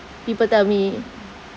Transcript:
people tell me